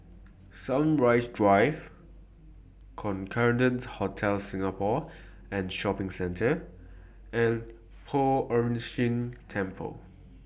Sunrise Drive Concorde Hotel Singapore and Shopping Centre and Poh Ern Shih Temple